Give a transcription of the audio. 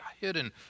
hidden